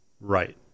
Right